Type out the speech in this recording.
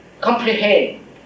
comprehend